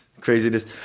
craziness